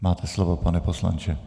Máte slovo, pane poslanče.